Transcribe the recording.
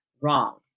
wrong